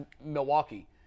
Milwaukee